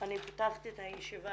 אני פותחת את הישיבה